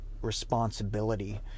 responsibility